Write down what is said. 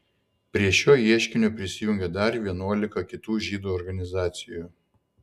prie šio ieškinio prisijungė dar vienuolika kitų žydų organizacijų